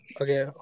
Okay